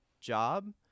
job